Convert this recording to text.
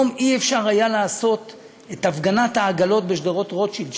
לא היה אפשר לעשות את הפגנת העגלות בשדרות-רוטשילד,